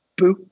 boop